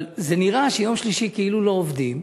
אבל נראה שביום שלישי כאילו לא עובדים,